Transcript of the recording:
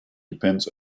depends